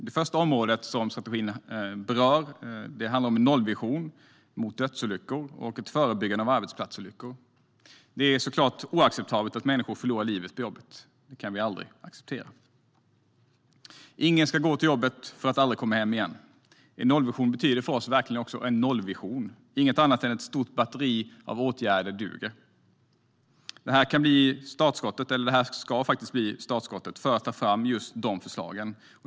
Det första område som strategin berör handlar om en nollvision mot dödsolyckor och ett förebyggande av arbetsplatsolyckor. Det är oacceptabelt att människor förlorar livet på jobbet - det kan vi aldrig acceptera. Ingen ska gå till jobbet för att aldrig komma hem igen. För oss betyder en nollvision verkligen en nollvision. Inget annat än ett stort batteri av åtgärder duger. Det här blir startskottet för att ta fram de förslagen.